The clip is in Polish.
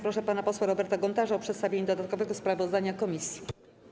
Proszę pana posła Roberta Gontarza o przedstawienie dodatkowego sprawozdania komisji.